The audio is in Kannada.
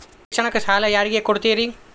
ಶಿಕ್ಷಣಕ್ಕ ಸಾಲ ಯಾರಿಗೆ ಕೊಡ್ತೇರಿ?